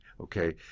okay